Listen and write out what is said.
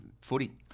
footy